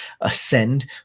ascend